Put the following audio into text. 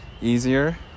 easier